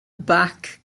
back